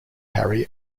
harry